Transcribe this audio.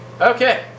Okay